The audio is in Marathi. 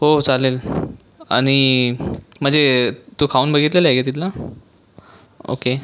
हो चालेल आणि म्हणजे तू खाऊन बघितलेलं आहे का तिथलं ओके